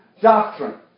doctrine